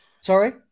Sorry